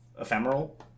Ephemeral